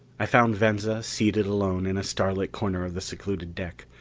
i found venza seated alone in a starlit corner of the secluded deck.